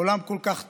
עולם כל כך טוב?